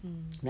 mm